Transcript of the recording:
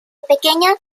pequeña